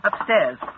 Upstairs